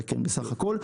כן, 11 בסך הכל.